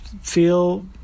feel